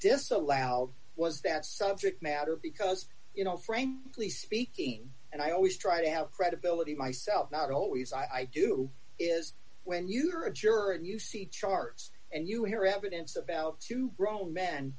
disallowed was that subject matter because you know frank please speaking and i always try to have credibility myself not always i do is when you are a juror and you see charts and you hear evidence about two grown men